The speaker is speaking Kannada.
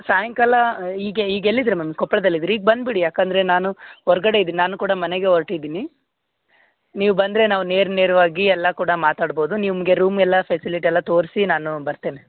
ಸಾಯಂಕಾಲ ಈಗ ಈಗೆಲ್ಲಿದ್ದೀರ ಮೇಡಮ್ ಕೊಪ್ಪಳ್ದಲ್ಲಿ ಇದ್ದೀರಿ ಈಗ ಬಂದುಬಿಡಿ ಯಾಕೆಂದ್ರೆ ನಾನು ಹೊರ್ಗಡೆ ಇದೀನಿ ನಾನು ಕೂಡ ಮನೆಗೆ ಹೊರ್ಟಿದಿನಿ ನೀವು ಬಂದರೆ ನಾವು ನೇರ ನೇರವಾಗಿ ಎಲ್ಲ ಕೂಡ ಮಾತಾಡ್ಬೋದು ನಿಮಗೆ ರೂಮ್ ಎಲ್ಲ ಫೆಸಿಲಿಟಿ ಎಲ್ಲ ತೋರಿಸಿ ನಾನು ಬರ್ತೇನೆ